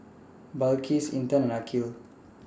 Balqis Intan and Aqil